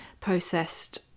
processed